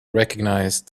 recognize